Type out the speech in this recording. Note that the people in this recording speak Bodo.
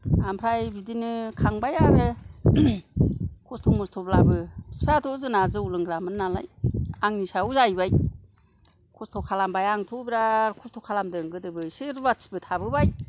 आमफाय बिदिनो खांबाय आरो खस्थ' मस्थ'ब्लाबो फिफायाबोथ' जोंना जौ लोंग्रामोन नालाय आंनि सायाव जाहैबाय खस्थ' खालामबाय आंथ' बिराथ खस्थ' खालामदों गोदोबो एसे रुवाथिबो थाबोबाय